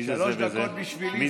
מי זה "זה" ו"זה"?